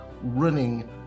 running